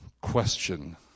question